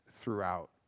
throughout